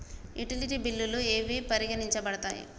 Utility బిల్లులు ఏవి పరిగణించబడతాయి?